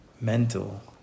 Mental